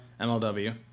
MLW